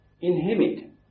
inhibit